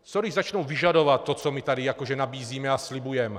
Co když začnou vyžadovat to, co my tady jako že nabízíme a slibujeme?